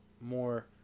more